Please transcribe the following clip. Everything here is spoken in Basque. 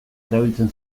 erabiltzen